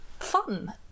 fun